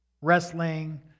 Wrestling